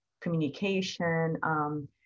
communication